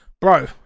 bro